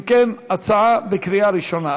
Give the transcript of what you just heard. אם כן, הצעה בקריאה ראשונה.